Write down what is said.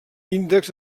índex